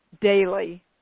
daily